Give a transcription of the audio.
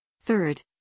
Third